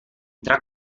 tra